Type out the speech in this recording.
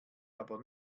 aber